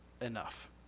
enough